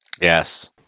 Yes